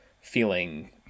feeling